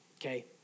okay